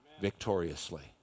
victoriously